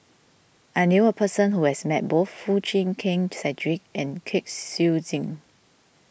I knew a person who has met both Foo Chee Keng Cedric and Kwek Siew Jin